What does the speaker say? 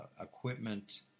equipment